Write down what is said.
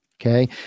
okay